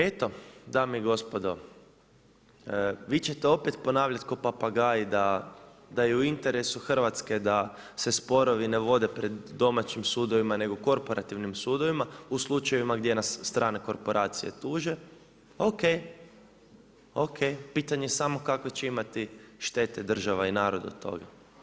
Eto, dame i gospodo, vi ćete opet ponavljati k'o papagaj da je u interesu Hrvatske da se sporovi ne vode pred domaćim sudovima nego u korporativnim sudovima, u slučajevima gdje nas strane korporacije tuže o.k. i pitanje je samo kakve će imati štete država i narod od toga?